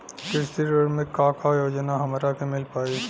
कृषि ऋण मे का का योजना हमरा के मिल पाई?